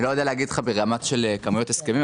אני לא יודע להגיד לך ברמה של כמויות הסכמים.